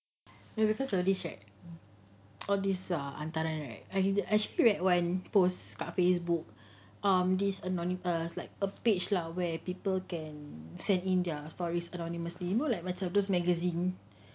maybe because of all these uh hantaran right I didn't actually eh one post kat Facebook um this anony~ err is like a page lah where people can send in their stories anonymously you know like macam those magazine